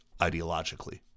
ideologically